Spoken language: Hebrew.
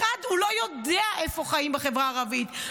הוא לא יודע איפה חיים בחברה הערבית,